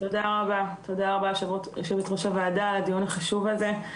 רבה יושבת ראש הוועדה על קיום הדיון החשוב הזה.